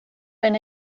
been